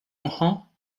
mohan